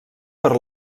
per